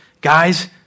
Guys